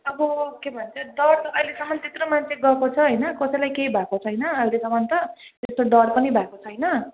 अब के भन्छ डर त अहिलेसम्म त्यत्रो मान्छे गएको छ होइन कसैलाई केही भएको छैन अहिलेसम्म त त्यस्तो डर पनि भएको छैन